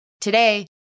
Today